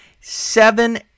Seven